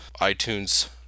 iTunes